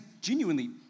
genuinely